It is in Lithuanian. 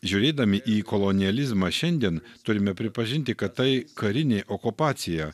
žiūrėdami į kolonializmą šiandien turime pripažinti kad tai karinė okupacija